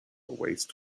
waste